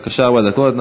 בבקשה, ארבע דקות.